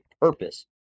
purpose